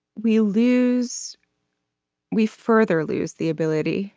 we lose we further lose the ability